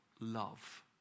love